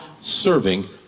serving